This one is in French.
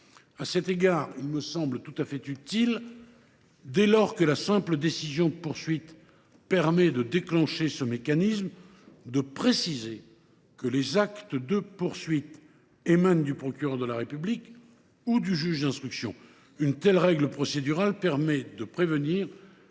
À cet égard, il me semble tout à fait utile, dès lors que la simple décision de poursuivre permet de déclencher ce mécanisme, de préciser que les actes de poursuite émanent du procureur de la République ou du juge d’instruction. Une telle règle procédurale permet de prévenir